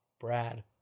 Brad